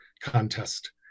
contest